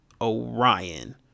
Orion